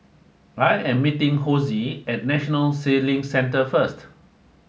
I am meeting Hosie at National Sailing Centre first